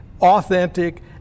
authentic